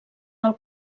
del